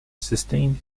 sustained